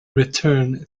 return